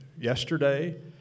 yesterday